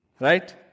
right